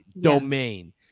domain